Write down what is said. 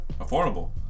affordable